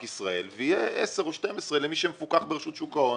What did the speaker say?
ישראל ויהיה 10 או 12 למי שמפוקח ברשות שוק ההון